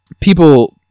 people